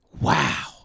Wow